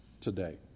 today